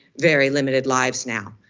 very limited lives now.